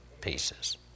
pieces